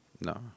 No